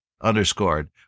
underscored